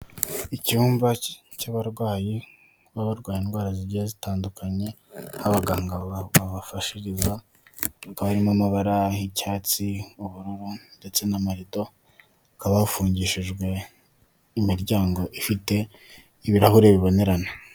Icyumba cy'abarwayi baba barwaye indwara zigiye zitandukanye aho abaganga babafashiriza hakaba arimo amabara y'icyatsi ubururu ndetse n'amarido hakaba hafungishijwe imiryango ifite ibarahure bibonerana.